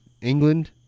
England